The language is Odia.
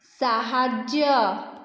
ସାହାଯ୍ୟ